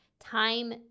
time